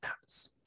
comes